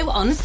on